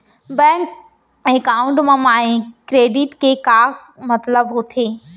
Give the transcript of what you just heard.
Bank account मा credit के का मतलब होथे?